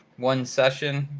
one session,